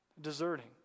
Deserting